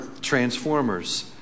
transformers